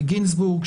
גינזבורג,